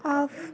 off